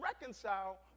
reconcile